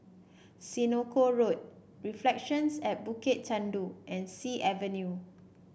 Senoko Road Reflections at Bukit Chandu and Sea Avenue